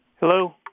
Hello